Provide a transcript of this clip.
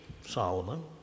Solomon